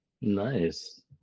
nice